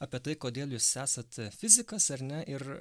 apie tai kodėl jūs esate fizikas ar ne ir